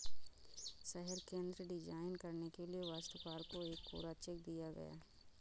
शहर केंद्र डिजाइन करने के लिए वास्तुकार को एक कोरा चेक दिया गया